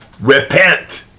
Repent